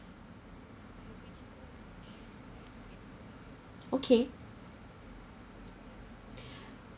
okay